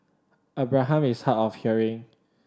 Abraham is hard of hearing